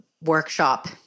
workshop